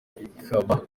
ikaba